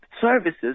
services